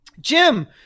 Jim